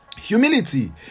Humility